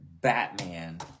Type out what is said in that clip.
batman